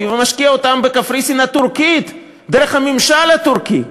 ומשקיע אותם בקפריסין הטורקית דרך הממשל הטורקי,